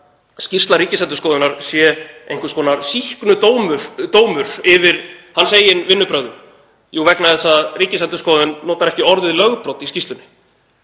skýrsla Ríkisendurskoðunar sé einhvers konar sýknudómur yfir hans eigin vinnubrögðum vegna þess að Ríkisendurskoðun notar ekki orðið lögbrot í skýrslunni.